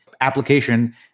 application